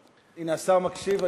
הנה, השר מקשיב.